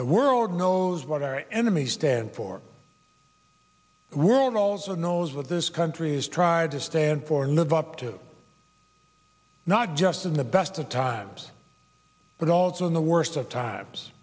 the world knows what our enemies stand for the world also knows what this country has tried to stand for and live up to not just in the best of times but also in the worst of times